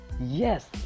yes